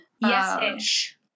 Yes-ish